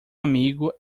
amigo